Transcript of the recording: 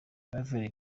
claver